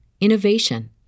innovation